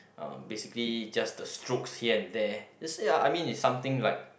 uh basically just the strokes here and there that is ah I mean is something like